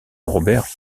robert